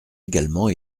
également